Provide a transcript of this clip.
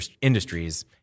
industries